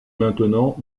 maintenant